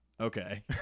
Okay